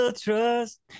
trust